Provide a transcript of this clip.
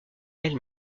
elle